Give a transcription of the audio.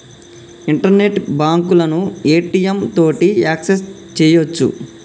internet బాంకులను ATM తోటి access సెయ్యొచ్చు